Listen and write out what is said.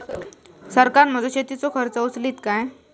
सरकार माझो शेतीचो खर्च उचलीत काय?